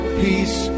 peace